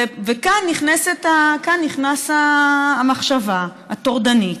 וכאן נכנסת המחשבה הטורדנית,